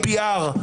לפי APR,